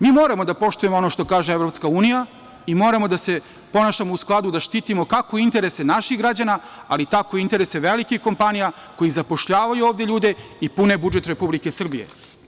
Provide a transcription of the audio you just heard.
Mi moramo da poštujemo ono što kaže EU i moramo da se ponašamo u skladu da štitimo kako interese naših građana, ali tako i interese velikih kompanija koje zapošljavaju ovde ljude i pune budžet Republike Srbije.